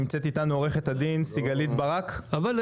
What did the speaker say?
נמצאת אתנו, עורכת הדין סיגלית ברקאי.